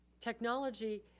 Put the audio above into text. technology,